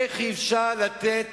איך אפשר לתת